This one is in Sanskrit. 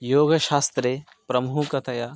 योगशास्त्रे प्रमुखतया